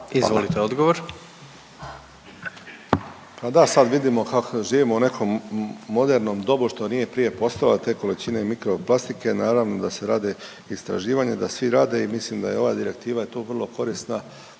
(HDZ)** Pa da, sad vidimo kak živimo u nekom modernom dobu, što nije prije postojalo, te količine mikroplastike, naravno da se rade istraživanja i da svi rade i mislim da je ova direktiva tu vrlo korisna